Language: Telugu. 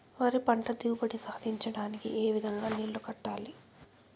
వరి పంట దిగుబడి సాధించడానికి, ఏ విధంగా నీళ్లు కట్టాలి?